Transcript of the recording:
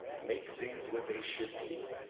make things what they should be.